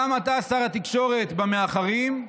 גם אתה, שר התקשורת, במאחרים,